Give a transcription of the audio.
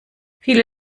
viele